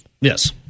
Yes